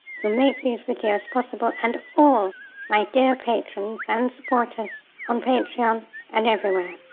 who make these videos possible, and all my dear patrons and supporters on patreon um and everywhere.